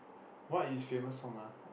what his famous song ah